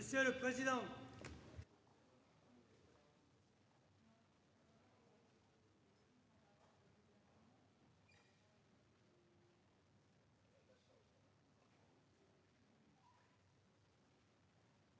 Monsieur le président,